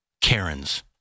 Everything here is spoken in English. Karens